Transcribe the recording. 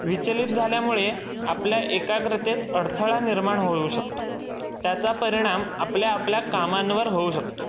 विचलित झाल्यामुळे आपल्या एकाग्रतेत अडथळा निर्माण होऊ शकतो त्याचा परिणाम आपल्या आपल्या कामांवर होऊ शकतो